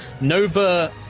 Nova